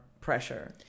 pressure